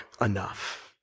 enough